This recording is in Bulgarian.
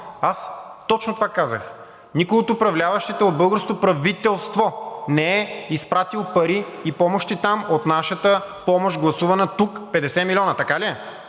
аз точно това казах: никой от управляващите, от българското правителство не е изпратил пари и помощи там от нашата помощ, гласувана тук – 50 милиона. Така ли е?